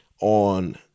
on